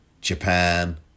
Japan